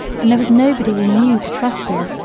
and there was nobody we knew to trust in,